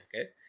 okay